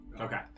Okay